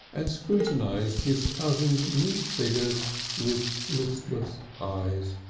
and scrutinised his cousin's neat figures with listless eyes.